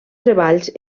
treballs